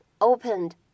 opened